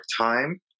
time